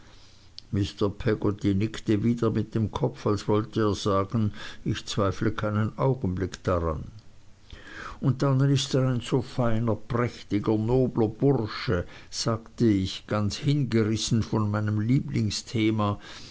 mr peggotty nickte wieder mit dem kopf als wollte er sagen ich zweifle keinen augenblick daran und dann ist er ein so prächtiger feiner nobler bursche sagte ich ganz hingerissen von meinem lieblingsthema